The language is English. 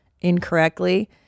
incorrectly